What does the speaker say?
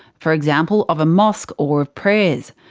for example of a mosque or of prayers.